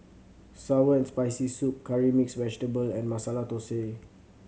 sour and Spicy Soup Curry Mixed Vegetable and Masala Thosai